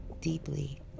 deeply